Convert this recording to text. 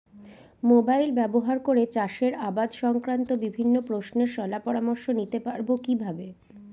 Mobile ব্যাবহার করে চাষের আবাদ সংক্রান্ত বিভিন্ন প্রশ্নের শলা পরামর্শ নিতে পারবো কিভাবে?